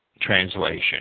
translation